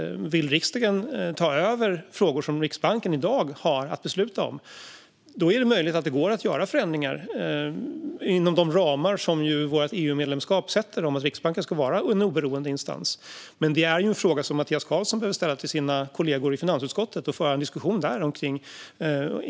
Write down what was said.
Om riksdagen vill ta över frågor som Riksbanken i dag har att besluta om är det möjligt att det går att göra förändringar, inom de ramar som vårt EU-medlemskap sätter om att Riksbanken ska vara en oberoende instans. Det är dock en fråga som Mattias Karlsson behöver ställa till sina kollegor i finansutskottet. Det är där diskussionen bör föras.